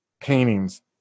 paintings